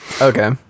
Okay